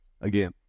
again